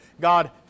God